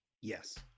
Yes